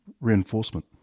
reinforcement